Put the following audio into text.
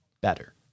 better